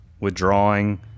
withdrawing